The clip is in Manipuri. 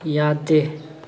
ꯌꯥꯗꯦ